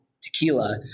tequila